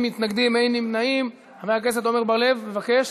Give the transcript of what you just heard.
ההצעה להעביר